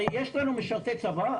הרי יש לנו משרתי צבא,